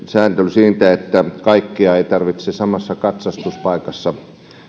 siitä että kaikkea ei tarvitse samassa katsastuspaikassa